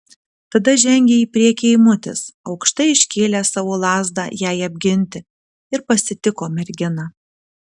tada žengė į priekį eimutis aukštai iškėlęs savo lazdą jai apginti ir pasitiko merginą